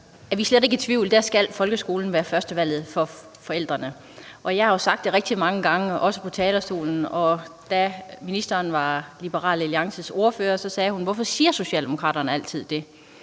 slet ikke er i tvivl. Der skal folkeskolen være førstevalget for forældrene. Jeg har jo sagt det rigtig mange gange, også fra talerstolen. Og da ministeren var ordfører for Liberal Alliance, sagde hun: Hvorfor siger socialdemokraterne altid det?